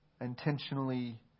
Intentionally